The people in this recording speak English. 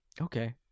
Okay